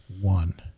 one